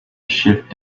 shift